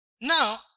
Now